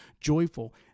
joyful